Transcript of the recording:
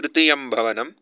तृतीयं भवनं